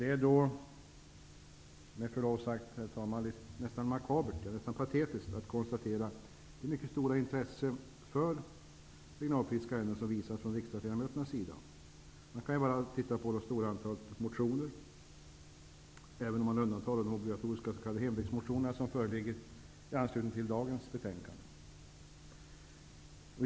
Det är med förlov sagt, herr talman, makabert, ja nästan patetiskt, att då konstatera det mycket stora intresse som visas regionalpolitiska ärenden från riksdagsledamöternas sida. Man kan bara titta på det stora antalet motioner -- även undantaget de obligatoriska s.k. hembygdsmotionerna -- som föreligger i anslutning till dagens betänkande.